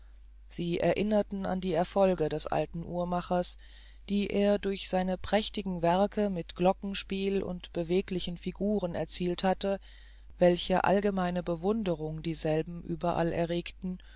sie erinnerten an die erfolge des alten uhrmachers die er durch seine prächtigen werke mit glockenspiel und beweglichen figuren erzielt hatte welch allgemeine bewunderung dieselben überall erregten